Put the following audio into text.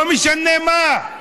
לא משנה מה.